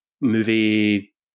movie